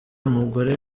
umugore